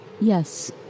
Yes